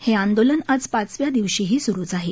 हे आंदोलन आज पाचव्या दिवशीही सुरूच आहे